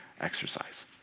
exercise